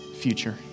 future